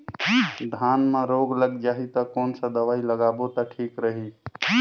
धान म रोग लग जाही ता कोन सा दवाई लगाबो ता ठीक रही?